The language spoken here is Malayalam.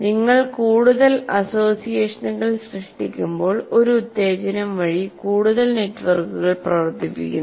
നിങ്ങൾ കൂടുതൽ അസോസിയേഷനുകൾ സൃഷ്ടിക്കുമ്പോൾ ഒരു ഉത്തേജനം വഴി കൂടുതൽ നെറ്റ്വർക്കുകൾ പ്രവർത്തിപ്പിക്കുന്നു